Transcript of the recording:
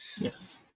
Yes